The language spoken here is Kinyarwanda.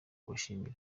kubashimira